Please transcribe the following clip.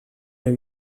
new